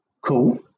cool